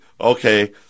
Okay